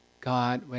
God